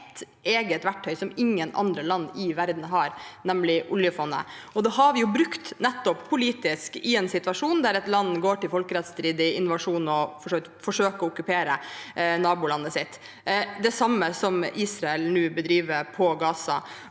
et eget verktøy som ingen andre land i verden har, nemlig oljefondet. Og vi har brukt oljefondet politisk i en situasjon der et land går til folkerettsstridig invasjon, og for så vidt også forsøker å okkupere nabolandet sitt – det samme som Israel nå bedriver på Gaza.